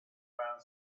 around